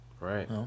Right